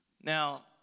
Now